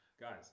guys